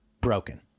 broken